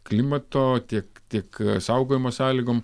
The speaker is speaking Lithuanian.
klimato tiek tiek saugojimo sąlygom